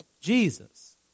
Jesus